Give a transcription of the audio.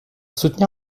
soutenir